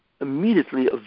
immediately